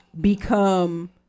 become